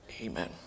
Amen